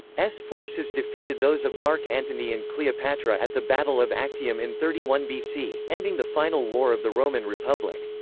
forces defeated those of mark antony and cleopatra at the battle of actium in thirty one bc, ending the final war of the roman republic.